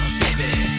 baby